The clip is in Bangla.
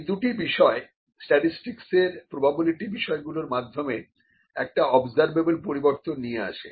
এই দুটো বিষয় স্ট্যাটিসটিকসের প্রোবাবিলিটি বিষয়গুলোর মাধ্যমে একটা অবজারভেবল পরিবর্তন নিয়ে আসে